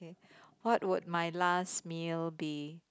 what would my last meal be